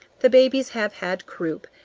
the babies have had croup,